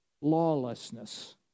lawlessness